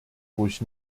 durch